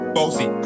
Bossy